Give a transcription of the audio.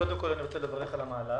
קודם כול אני רוצה לברך על המהלך.